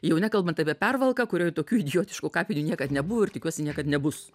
jau nekalbant apie pervalką kurioj tokių idiotiškų kapinių niekad nebuvo ir tikiuosi niekad nebus